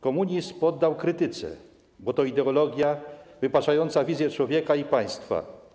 Komunizm poddał krytyce, bo to ideologia wypaczająca wizję człowieka i państwa.